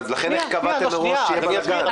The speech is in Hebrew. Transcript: אז איך קבעת מראש שיהיה בלגן?